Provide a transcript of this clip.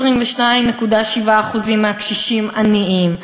22.7% מהקשישים עניים,